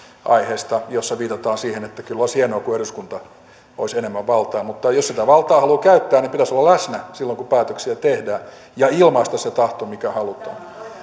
aiheesta jossa viitataan siihen että kyllä olisi hienoa kun eduskunnalla olisi enemmän valtaa mutta jos sitä valtaa haluaa käyttää pitäisi olla läsnä silloin kun päätöksiä tehdään ja ilmaista se tahto mikä halutaan